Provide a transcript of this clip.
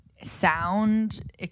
Sound